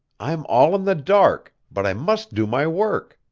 i'm all in the dark, but i must do my work.